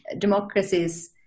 democracies